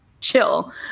Chill